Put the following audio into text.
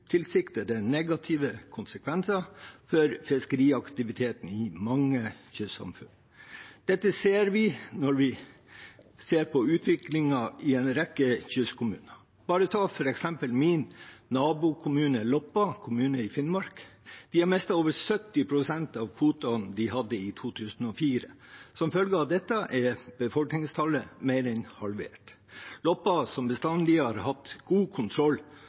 negative konsekvenser for fiskeriaktiviteten i mange kystsamfunn. Dette ser vi når vi ser på utviklingen i en rekke kystkommuner. Ta f.eks. min nabokommune, Loppa, en kommune i Finnmark: De har mistet over 70 pst. av kvotene de hadde i 2004, og som følge av dette er befolkningstallet mer enn halvert. Loppa, som bestandig har hatt god kontroll